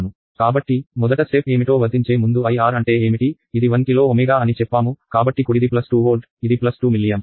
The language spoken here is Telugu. కాబట్టి మొదట స్టెప్ ఏమిటో వర్తించే ముందు IR అంటే ఏమిటి ఇది 1 కిలో Ω అని చెప్పాము కాబట్టి కుడిది 2 వోల్ట్ ఇది 2 మిల్లియాంప్స్